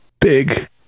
big